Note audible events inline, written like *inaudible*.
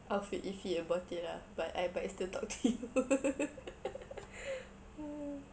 I'd feel iffy about it lah but I I'll still talk you *laughs* *noise*